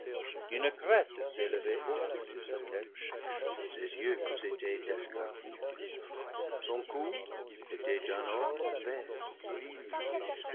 une crête s'élevait haute sur sa tête ses yeux étaient d'escarboucle son cou était d'un or vert bruni